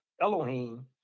Elohim